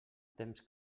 temps